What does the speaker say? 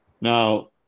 Now